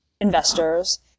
investors